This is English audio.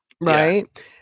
Right